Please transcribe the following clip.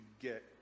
get